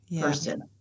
person